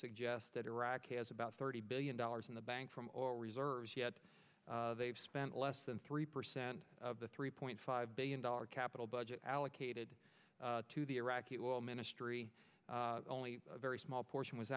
suggest that iraq has about thirty billion dollars in the bank from our reserves yet they've spent less than three percent of the three point five billion dollars capital budget allocated to the iraqi oil ministry only a very small portion was